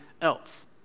else